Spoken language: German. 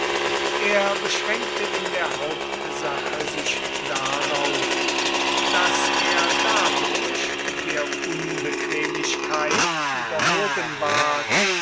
er beschränkte in der hauptsache sich darauf daß er dadurch der unbequemlichkeit überhoben ward